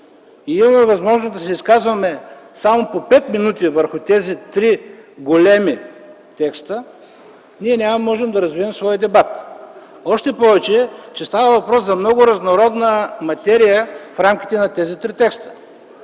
и имаме възможност да се изказваме само по 5 мин. по тези три големи текста, ние няма да можем да развием своя дебат. Още повече, че става въпрос за много разнородна материя в рамките на тези три текста.